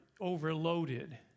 overloaded